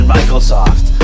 Microsoft